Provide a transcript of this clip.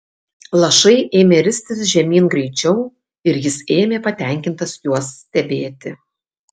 lašai ėmė ristis žemyn greičiau ir jis ėmė patenkintas juos stebėti